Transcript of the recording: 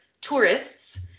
tourists